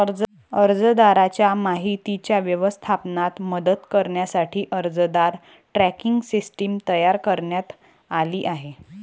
अर्जदाराच्या माहितीच्या व्यवस्थापनात मदत करण्यासाठी अर्जदार ट्रॅकिंग सिस्टीम तयार करण्यात आली आहे